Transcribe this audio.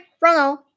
ronald